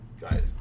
guys